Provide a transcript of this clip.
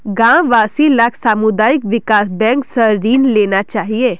गांव वासि लाक सामुदायिक विकास बैंक स ऋण लेना चाहिए